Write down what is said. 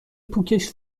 پوکش